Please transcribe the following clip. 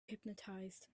hypnotized